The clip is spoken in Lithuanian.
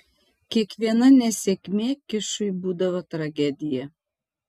kiekviena nesėkmė kišui būdavo tragedija